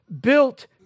built